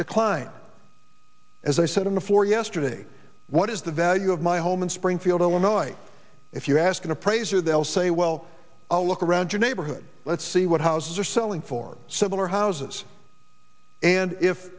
decline as i said on the floor yesterday what is the value of my home in springfield illinois if you ask an appraiser they'll say well i'll look around your neighborhood let's see what houses are selling for similar houses and if